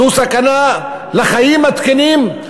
זו סכנה לחיים התקינים.